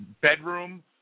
bedroom